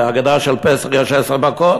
בהגדה של פסח יש עשר מכות.